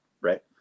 right